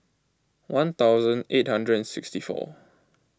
one thousand eight hundred and sixty four